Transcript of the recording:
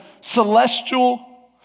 celestial